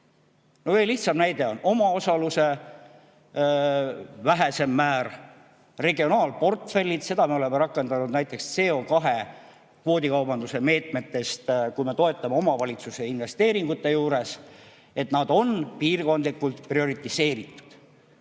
Kõige lihtsam näide on omaosaluse väiksem määr, regionaalportfellid. Seda me oleme rakendanud näiteks CO2kvoodi kaubanduse meetmete puhul, kui me toetame omavalitsusi investeeringute tegemisel, et need on piirkondlikult prioritiseeritud.